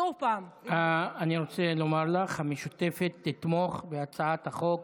שוב, אני רוצה לומר לך, המשותפת תתמוך בהצעת החוק